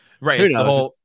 Right